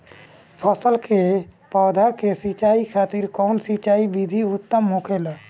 फल के पौधो के सिंचाई खातिर कउन सिंचाई विधि उत्तम होखेला?